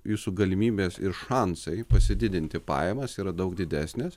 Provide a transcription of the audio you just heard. jūsų galimybės ir šansai pasididinti pajamas yra daug didesnės